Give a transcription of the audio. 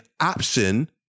option